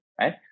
right